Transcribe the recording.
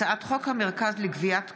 הצעת חוק המרכז לגביית קנסות,